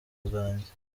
bwanjye